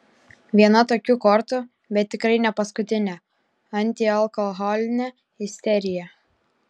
viena tokių kortų bet tikrai ne paskutinė antialkoholinė isterija